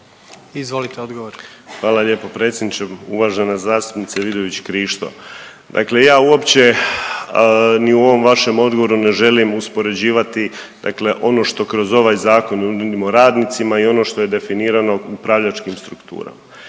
Marin (HDZ)** Hvala lijepo predsjedniče. Uvažena zastupnice Vidović Krišto, dakle ja uopće ni u ovom vašem odgovoru ne želim uspoređivati dakle ono što kroz ovaj zakon nudimo radnicima i ono što je definirano upravljačkim strukturama.